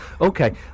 Okay